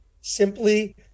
simply